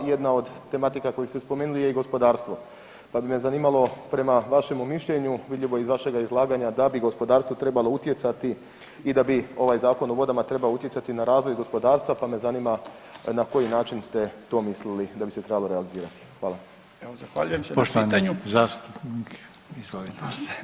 Jedna od tematika koju ste spomenuli je i gospodarstvo, pa bi me zanimalo prema vašemu mišljenju vidljivo iz vašega izlaganja da bi gospodarstvo trebalo utjecati i da bi ovaj Zakon o vodama trebao utjecati na razvoj gospodarstva pa me zanima na koji način ste to mislili da bi se trebalo realizirati.